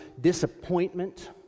disappointment